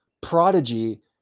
prodigy